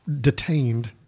detained